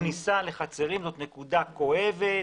הכניסה לחצרים זו נקודה כואבת,